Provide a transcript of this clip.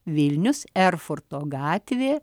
vilnius erfurto gatvė